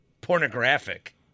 pornographic